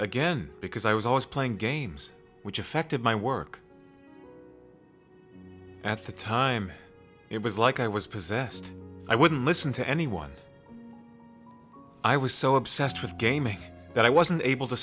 again because i was always playing games which affected my work at the time it was like i was possessed i wouldn't listen to anyone i was so obsessed with gaming that i wasn't able to